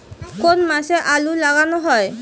কোন মাসে আলু লাগানো হয়?